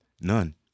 None